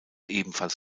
ebenfalls